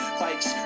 bikes